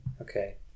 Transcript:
Okay